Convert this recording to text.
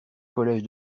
collège